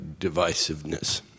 divisiveness